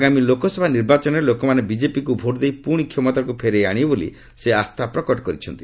ଆଗାମୀ ଲୋକସଭା ନିର୍ବାଚନରେ ଲୋକମାନେ ବିଜେପିକୁ ଭୋଟ୍ ଦେଇ ପ୍ରଶି କ୍ଷମତାକୃ ଫେରାଇ ଆଶିବେ ବୋଲି ସେ ଆସ୍ଥା ପ୍ରକଟ କରିଛନ୍ତି